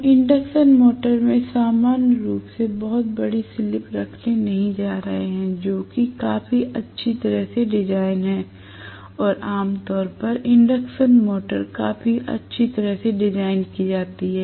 हम induction motor में सामान्य रूप से बहुत बड़ी स्लिप रखने नहीं जा रहे हैं जो कि काफी अच्छी तरह से डिजाइन है और आमतौर पर इंडक्शन मोटर्स काफी अच्छी तरह से डिजाइन की जाती है